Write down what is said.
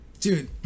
Dude